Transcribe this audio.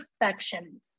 perfection